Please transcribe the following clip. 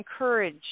encourage